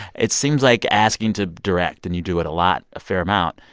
it seems like asking to direct and you do it a lot, a fair amount.